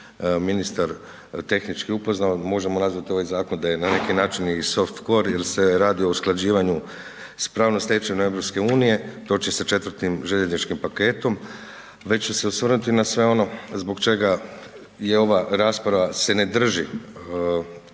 ministar tehnički upoznao, možemo nazvati ovaj zakon da je na neki način i soft core jer se radi o usklađivanju s pravnom stečevinom EU-a, točnije sa IV. željezničkim paketom, već ću se osvrnuti na sve ono zbog čega je ova rasprava se ne drži